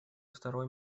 второй